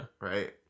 Right